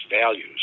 values